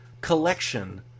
collection